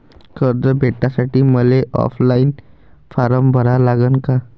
कर्ज भेटासाठी मले ऑफलाईन फारम भरा लागन का?